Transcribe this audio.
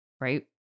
right